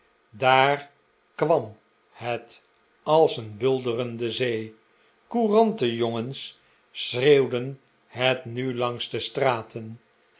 daar kwam het als een bulderende zee courantenjongens schreeuwden het nu langs de straten